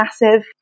massive